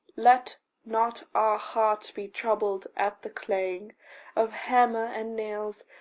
let not our heart be troubled at the clang of hammer and nails,